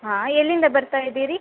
ಹಾಂ ಎಲ್ಲಿಂದ ಬರ್ತಾಯಿದ್ದೀರಿ